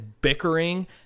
bickering